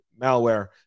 malware